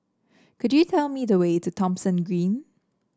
could you tell me the way to Thomson Green